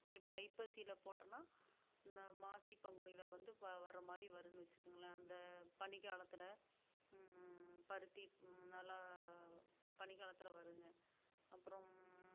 இப்படி ஐப்பசியில் போட்டோம்னால் இந்த மாசி பங்குனியில் வந்து வர மாதிரி வருதுன்னு வச்சுக்குங்களேன் அந்த பனி காலத்தில் பருத்தி நல்லா பனி காலத்தில் வருங்க அப்புறம்